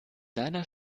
deiner